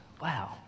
Wow